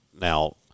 now